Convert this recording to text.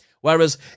Whereas